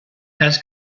cas